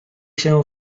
się